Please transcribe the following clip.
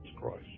Christ